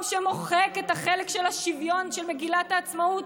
שמוחק את החלק של השוויון של מגילת העצמאות,